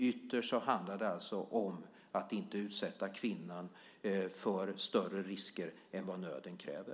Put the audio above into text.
Ytterst handlar det alltså om att inte utsätta kvinnan för större risker än vad nöden kräver.